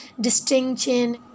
distinction